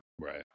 Right